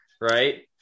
right